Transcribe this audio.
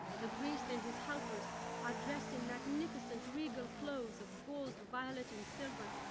the priest and his helpers are dressed in magnificent regal clothes of gold, violet, and silver,